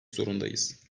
zorundayız